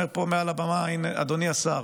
אומר פה מעל הבמה לאדוני השר: